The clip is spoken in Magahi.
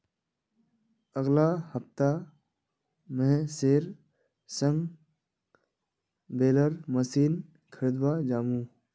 अगला हफ्ता महेशेर संग बेलर मशीन खरीदवा जामु